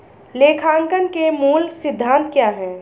लेखांकन के मूल सिद्धांत क्या हैं?